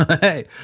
hey